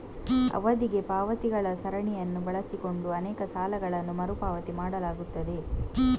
ಅವಧಿಗೆ ಪಾವತಿಗಳ ಸರಣಿಯನ್ನು ಬಳಸಿಕೊಂಡು ಅನೇಕ ಸಾಲಗಳನ್ನು ಮರು ಪಾವತಿ ಮಾಡಲಾಗುತ್ತದೆ